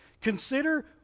Consider